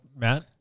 Matt